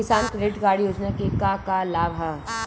किसान credit card योजना के का का लाभ ह?